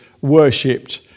worshipped